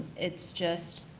it is just